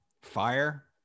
Fire